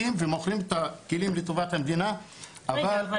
את הכלים לטובת המדינה --- רגע,